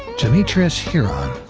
jametrius heeron,